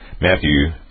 matthew